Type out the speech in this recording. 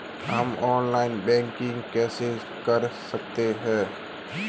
हम online banking कैसे कर सकते हैं?